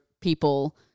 people